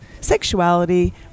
sexuality